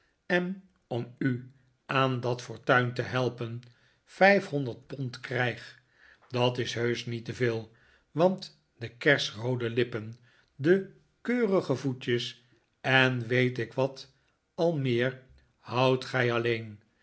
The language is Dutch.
en om u aan dat fortuin te helpen vijfhonderd pond krijg dat is heusch niet te veel want de kersroode lippen de keurige voetjes en weet ik wat al meer houdt gij alleen